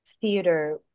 theater